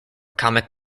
comic